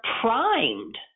primed